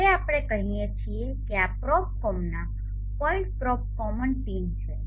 હવે આપણે કહીએ છીએ કે આ probe common point probe common pin છે